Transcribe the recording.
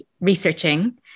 researching